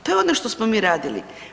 To je ono što smo mi radili.